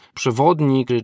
przewodnik